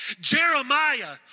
Jeremiah